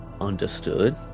Understood